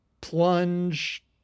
plunge